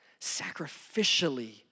sacrificially